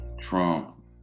Trump